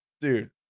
Dude